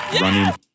running